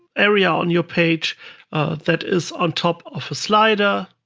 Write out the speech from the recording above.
area on your page that is on top of a slider,